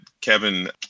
Kevin